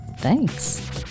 Thanks